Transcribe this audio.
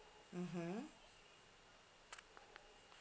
mmhmm